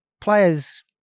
players